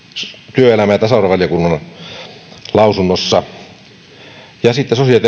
työelämä ja tasa arviovaliokunnan lausunnossa ja sitten sosiaali ja